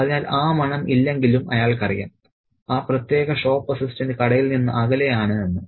അതിനാൽ ആ മണം ഇല്ലെങ്കിൽ അയാൾക്കറിയാം ആ പ്രത്യേക ഷോപ്പ് അസിസ്റ്റന്റ് കടയിൽ നിന്ന് അകലെയാണ് എന്ന്